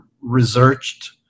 researched